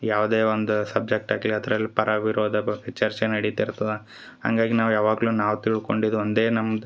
ಯಾವುದೇ ಒಂದು ಸಬ್ಜೆಕ್ಟ್ ಆಗಲಿ ಅದರಲ್ಲಿ ಪರ ವಿರೋಧ ಬ ಚರ್ಚೆ ನಡಿತಿರ್ತದ ಹಾಗಾಗಿ ನಾವು ಯಾವಾಗಲೂ ನಾವು ತಿಳ್ಕೊಂಡಿದ್ದು ಒಂದೇ ನಮ್ದು